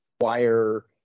wire